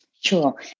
Sure